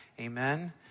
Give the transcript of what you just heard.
amen